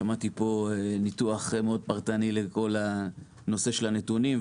שמעתי פה ניתוח פרטני מאוד לכל נושא הנתונים,